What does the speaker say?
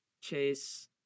Chase